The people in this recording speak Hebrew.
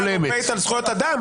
עדיין קשה לי עם זה.